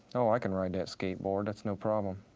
oh, i can ride that skate board. that's no problem.